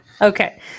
Okay